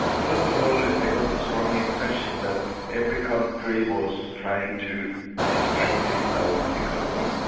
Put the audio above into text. first of all, i got the strong impression that every country was trying to defend its own economy,